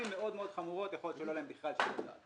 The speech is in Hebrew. אם הן מאוד מאוד חמורות יכול להיות שלא יהיה להם בכלל שיקול דעת,